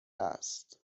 است